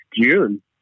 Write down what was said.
June